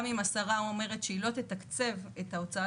גם אם השרה אומרת שהיא לא תתקצב את ההוצאה